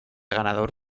ganador